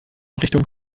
richtung